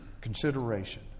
consideration